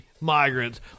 migrants